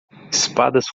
espadas